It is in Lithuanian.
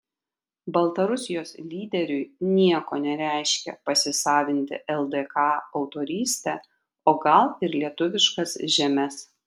baltarusijos lyderiui nieko nereiškia pasisavinti ldk autorystę o gal ir lietuviškas žemes